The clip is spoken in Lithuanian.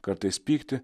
kartais pyktį